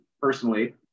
personally